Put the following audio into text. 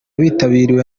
witabiriwe